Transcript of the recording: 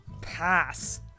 Pass